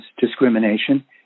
discrimination